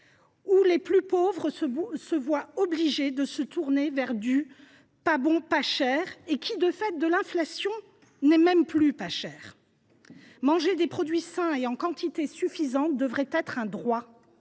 où les plus pauvres se voient obligés de se tourner vers du « pas bon pas cher » et qui, du fait de l’inflation, n’est même plus pas cher. Manger des produits sains et en quantité suffisante devrait être un droit.